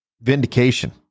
Vindication